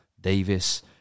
Davis